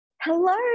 Hello